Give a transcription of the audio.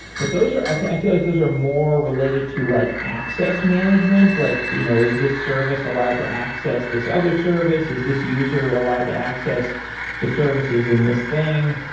but those are i feel like those are more related to like access management. like you know is this service allowed to access this other service? is this user allowed to access the services in this thing?